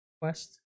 Quest